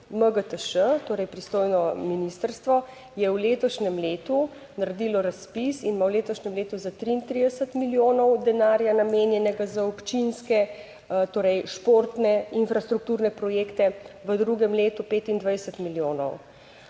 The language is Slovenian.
MGTŠ, torej pristojno ministrstvo, je v letošnjem letu naredilo razpis in ima v letošnjem letu za 33 milijonov denarja namenjenega za občinske športne infrastrukturne projekte, v naslednjem letu 25 milijonov.